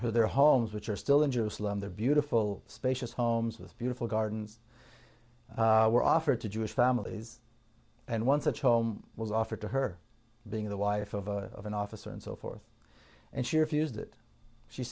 leave their homes which are still in jerusalem the beautiful spacious homes with beautiful gardens were offered to jewish families and one such home was offered to her being the wife of an officer and so forth and she refused it she